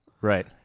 Right